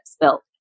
built